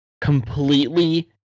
completely